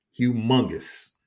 humongous